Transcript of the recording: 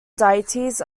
deities